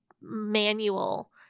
manual